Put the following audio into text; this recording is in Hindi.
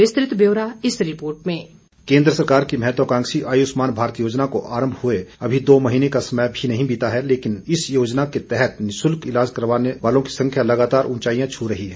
विस्तृत ब्यौरा इस रिपोर्ट में केन्द्र सरकार की महत्वकांक्षी आयुष्मान भारत योजना को आरंभ हुए अभी दो महीने का समय भी नहीं बीता है लेकिन इस योजना के तहत निशुल्क इलाज करवाने वालों की संख्या लगातार उंचाईयां छूं रही है